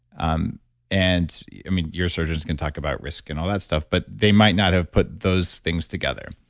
um and your surgeons can talk about risk and all that stuff, but they might not have put those things together